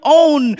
own